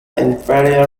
inferior